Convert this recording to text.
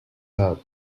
out